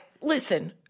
Listen